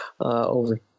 over